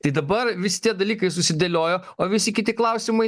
tai dabar visi tie dalykai susidėliojo o visi kiti klausimai